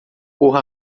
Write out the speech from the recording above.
por